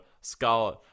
scarlet